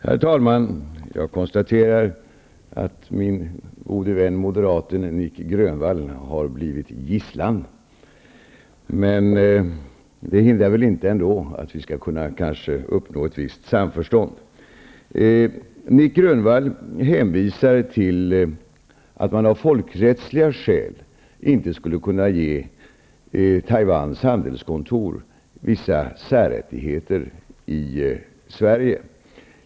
Herr talman! Jag konstaterar att min gode vän moderaten Nic Grönvall har blivit gisslan. Men det hindrar väl ändå inte att vi skall kunna uppnå ett visst samförstånd. Nic Grönvall hänvisar till att man av folkrättsliga skäl inte skulle kunna ge Taiwans handelskontor vissa särrättigheter i Sverige.